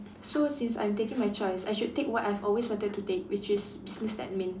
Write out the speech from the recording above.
so since I'm taking my choice I should take what I've always wanted to take which is business admin